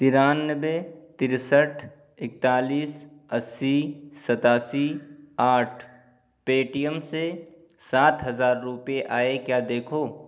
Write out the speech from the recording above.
ترانوے ترسٹھ اکتالیس اسّی ستاسی آٹھ پے ٹی ایم سے سات ہزار روپے آئے کیا دیکھو